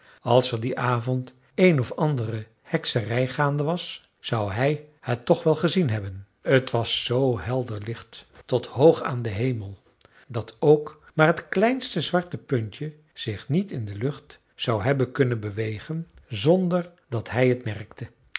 als er dien avond een of ander hekserij gaande was zou hij het toch wel gezien hebben t was z helder licht tot hoog aan den hemel dat ook maar t kleinste zwarte puntje zich niet in de lucht zou hebben kunnen bewegen zonder dat hij het merkte